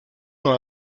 dans